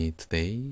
today